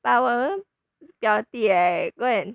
把我的表弟 right go and